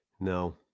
No